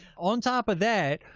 on top of that,